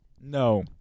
no